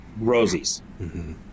rosies